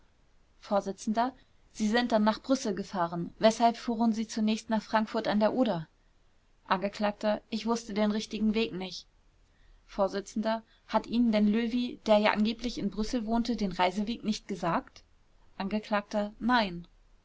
vors sie sind dann nach brüssel gefahren weshalb fuhren sie zunächst nach frankfurt a d o angekl ich wußte den richtigen weg nicht vors hat ihnen denn löwy der ja angeblich in brüssel wohnte den reiseweg nicht gesagt angekl nein